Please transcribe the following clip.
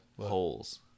holes